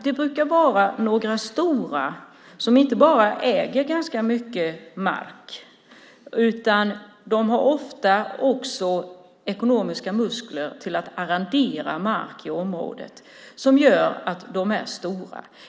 Det brukar vara några stora som inte bara äger ganska mycket mark utan också ofta har ekonomiska muskler för att arrendera mark i området, vilket gör att de är stora.